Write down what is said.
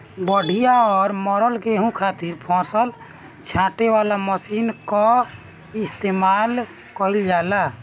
बढ़िया और मरल गेंहू खातिर फसल छांटे वाला मशीन कअ इस्तेमाल कइल जाला